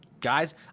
guys